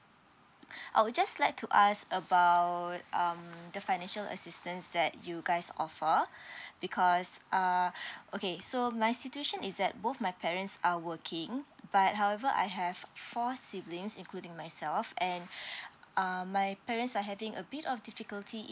I'll just like to ask about um the financial assistance that you guys offer because uh okay so my situation is that both my parents are working but however I have four siblings including myself and um my parents are having a bit of difficulty in